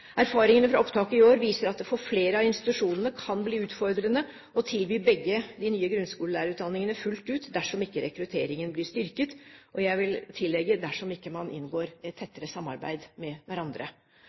Erfaringene fra opptaket i år viser at det for flere av institusjonene kan bli utfordrende å tilby begge de nye grunnskolelærerutdanningene fullt ut dersom ikke rekrutteringen blir styrket, og jeg vil tillegge: dersom man ikke inngår i et